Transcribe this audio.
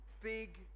big